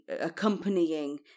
accompanying